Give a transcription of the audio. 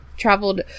traveled